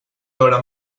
veure